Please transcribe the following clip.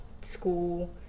school